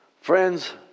Friends